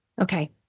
Okay